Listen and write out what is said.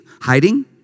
hiding